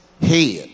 head